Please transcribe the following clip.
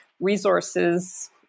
resources